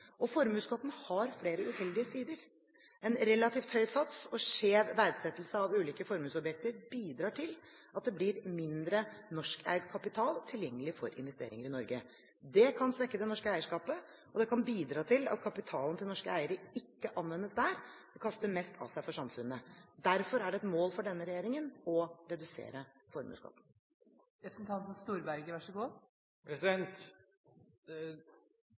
Formuesskatten har flere uheldige sider. En relativt høy sats og skjev verdsettelse av ulike formuesobjekter bidrar til at det blir mindre norskeid kapital tilgjengelig for investeringer i Norge. Det kan svekke det norske eierskapet, og det kan bidra til at kapitalen til norske eiere ikke anvendes der den kaster mest av seg for samfunnet. Derfor er det et mål for denne regjeringen å redusere formuesskatten. Mitt spørsmål gikk på: Er det rettferdig å innrette et så